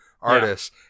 artists